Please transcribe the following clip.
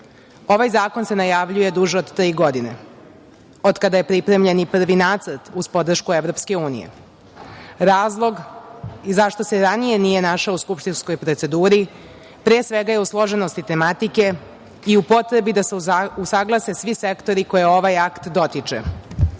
zakon se najavljuje duže od tri godine, od kada je pripremljen i prvi nacrt uz podršku Evropske unije. Razlog zašto se ranije nije našao u skupštinskoj proceduri pre svega je u složenosti tematike i u potrebi da se usaglase svi sektori koje ovaj akt dotiče.